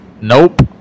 Nope